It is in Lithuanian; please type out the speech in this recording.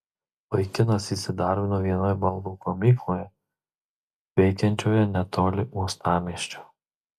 vaikinas įsidarbino vienoje baldų gamykloje veikiančioje netoli uostamiesčio